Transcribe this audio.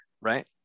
right